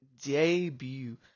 debut